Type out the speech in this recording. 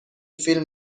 فیلم